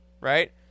right